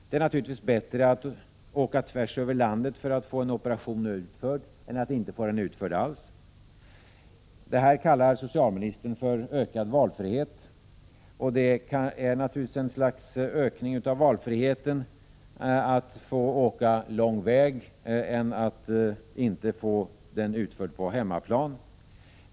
Det är naturligtvis bättre att åka tvärs över landet för att få en operation utförd än att inte få den utförd alls. Detta har socialministern kallat för ökad valfrihet. Och det är naturligtvis en viss ökning av valfriheten att få åka lång väg än att inte få operationen utförd på hemmaplan.